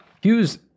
Hughes